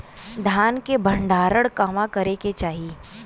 धान के भण्डारण कहवा करे के चाही?